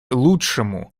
лучшему